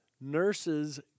Nurses